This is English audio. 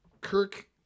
Kirk